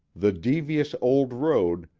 the devious old road,